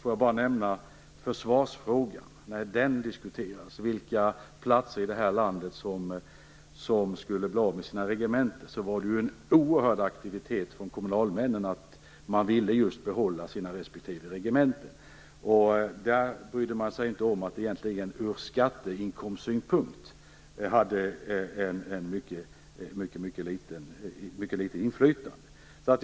När t.ex. försvarsfrågan och detta med vilka platser i vårt land som skulle bli av med sina regementen diskuterades var det en oerhörd aktivitet från kommunalmännens sida. Man ville behålla sina respektive regementen. Man brydde sig inte om att det från skatteinkomstsynpunkt egentligen var fråga om ett mycket litet inflytande.